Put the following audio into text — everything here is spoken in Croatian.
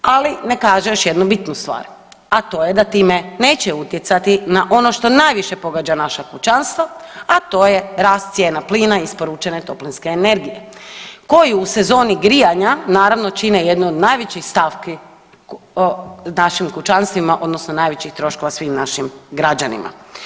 Ali ne kaže još jednu bitnu stvar, a to je da time neće utjecati na ono što najviše pogađa naša kućanstva, a to je rast cijena plina isporučene toplinske energije koji u sezoni grijanja naravno čine jednu od najvećih stavki našim kućanstvima odnosno najvećih troškova svim našim građanima.